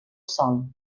sòl